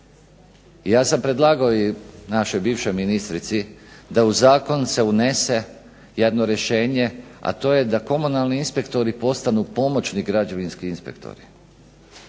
Ja sam predlagao i našoj bivšoj ministrici da se u zakon unese jedno rješenje a to je da komunalni inspektori postanu pomoćni građevinski inspektori.